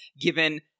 given